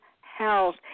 Health